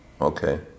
Okay